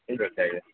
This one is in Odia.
ଠିକ୍ ଅଛି ଆଜ୍ଞା